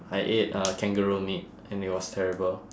I ate uh kangaroo meat and it was terrible